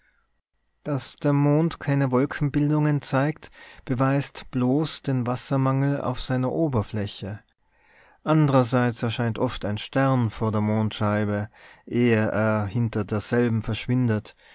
daß der mond keine wolkenbildungen zeigt beweist bloß den wassermangel auf seiner oberfläche andrerseits erscheint oft ein stern vor der mondscheibe ehe er hinter derselben verschwindet